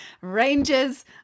Rangers